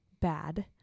bad